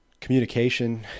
communication